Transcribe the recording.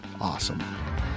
awesome